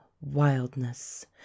wildness